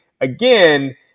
again